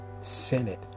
senate